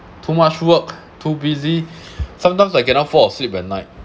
too much work too busy sometimes I cannot fall asleep at night